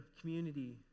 community